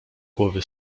głowy